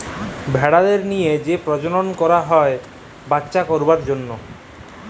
ভেড়াদের লিয়ে যে পরজলল করল হ্যয় বাচ্চা করবার জনহ